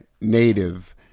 Native